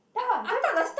ya then